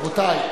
רבותי.